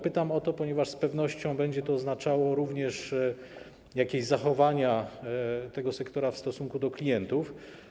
Pytam o to, ponieważ z pewnością będzie to oznaczało również jakieś zachowania tego sektora w stosunku do klientów.